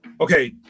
okay